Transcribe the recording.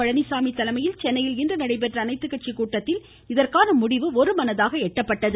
பழனிசாமி தலைமையில் சென்னையில் இன்று நடைபெற்ற அனைத்துக்கட்சிக் கூட்டத்தில் இதற்கான முடிவு ஒருமனதாக எட்டப்பட்டது